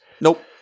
Nope